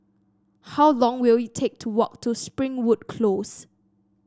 how long will it take to walk to Springwood Close